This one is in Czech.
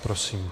Prosím.